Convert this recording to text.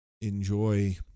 enjoy